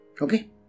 Okay